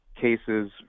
cases